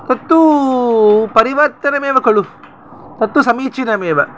तत्तु परिवर्तनमेव खलु तत्तु समीचीनमेव